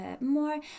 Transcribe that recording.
more